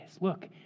Look